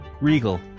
regal